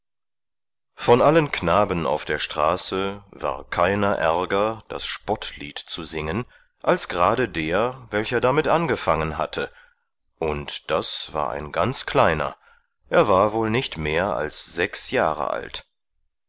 von allen knaben auf der straße war keiner ärger das spottlied zu singen als gerade der welcher damit angefangen hatte und das war ein ganz kleiner er war wohl nicht mehr als sechs jahre alt